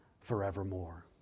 forevermore